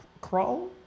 crawl